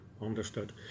understood